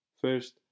First